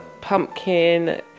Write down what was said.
pumpkin